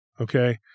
okay